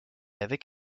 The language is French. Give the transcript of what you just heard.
avec